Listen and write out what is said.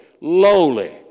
lowly